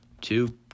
Two